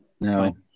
No